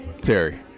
terry